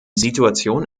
situation